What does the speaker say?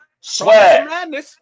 Swag